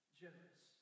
generous